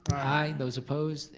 i those opposed,